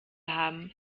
haben